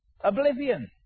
Oblivion